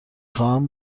خواهم